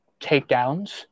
takedowns